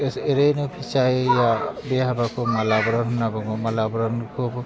एरैनो फिसायै बे हाबाखौ मालाब्रोम होन्ना बुङो मालाब्रोमखौ